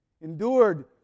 endured